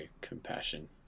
compassion